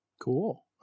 Cool